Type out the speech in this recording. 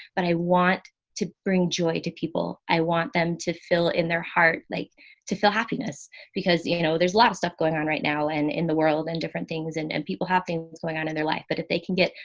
but i want to bring joy to people. i want them to fill in their heart, like to feel happiness because you know, there's a lot of stuff going on right now and in the world and different things and and people have things going on in their life, but if they can get,